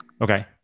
Okay